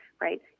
right